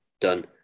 done